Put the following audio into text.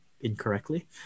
incorrectly